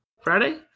Friday